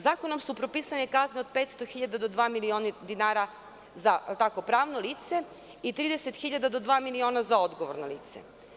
Zakonom su propisane kazne od 500 hiljada do dva miliona dinara za pravno lice i od 30 hiljada do dva miliona za odgovorno lice.